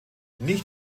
nicht